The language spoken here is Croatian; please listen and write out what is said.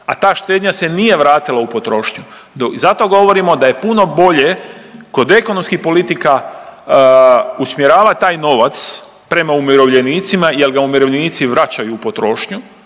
a ta štednja se nije vratila u potrošnju i zato govorimo da je puno bolje kod ekonomskih politika usmjeravati taj novac prema umirovljenicima jer ga umirovljenici vraćaju u potrošnju,